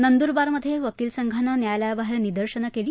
नंदूरबारमध्ये वकील संघानं न्यायालयाबाहेर निदर्शनं केली